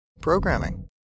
Programming